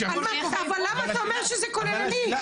אבל למה אתה אומר שזה כוללני.